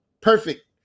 perfect